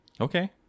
Okay